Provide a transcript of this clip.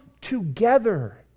together